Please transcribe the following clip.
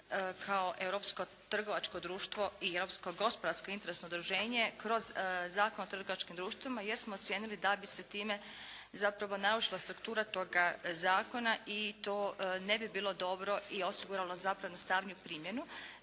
kao europsko trgovačko društvo i europsko gospodarsko interesno udruženje kroz Zakon o trgovačkim društvima, jer smo ocijenili da bi se time zapravo narušila struktura toga zakona i to ne bi bilo dobro i osiguralo zapravo jednostavniju primjenu.